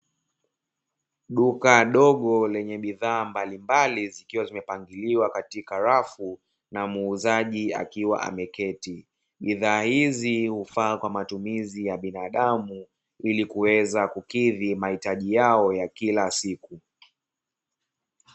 Duka dogo lenye bidhaa mbalimbali zikiwa zimepangiliwa katika rafu na muuzaji, akiwa akiwa ameketi. Bidhaa hizi hufaa kwa matumizi ya binadamu ili kuweza kukidhi mahitaji yao ya kila siku.